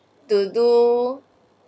to do